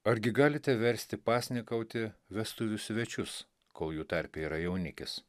argi galite versti pasnikauti vestuvių svečius kol jų tarpe yra jaunikis